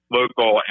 local